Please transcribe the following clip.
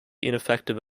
ineffective